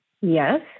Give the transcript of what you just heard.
Yes